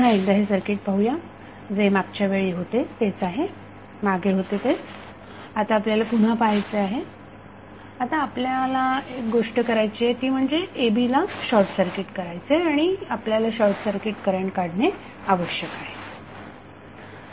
पुन्हा एकदा हे सर्किट पाहूया जे मागच्या वेळी होते तेच आहे मागे होते तेच आता आपल्याला पुन्हा पाहायचे आहे आता आपल्या गोष्ट करायची आहे ती म्हणजे ab ला शॉर्टसर्किट करायचे आहे आणि आपल्याला शॉर्टसर्किट करंट काढणे आवश्यक आहे